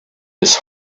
his